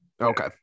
okay